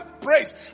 praise